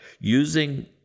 using